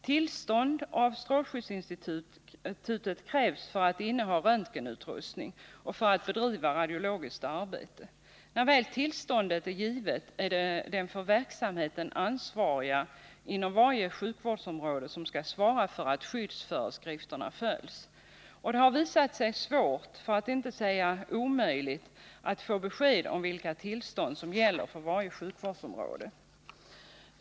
Tillstånd av strålskyddsinstitutet krävs för att inneha röntgenutrustning och för att bedriva radiologiskt arbete. När tillståndet väl är givet är det den för verksamheten ansvarige inom varje sjukvårdsområde som skall svara för att skyddsföreskrifterna följs. Det har visat sig svårt, för att inte säga omöjligt, att få besked om vilka tillstånd som gäller för varje sjukvårdsområde.